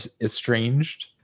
estranged